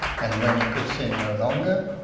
and when he could sin no longer,